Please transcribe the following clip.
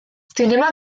zinema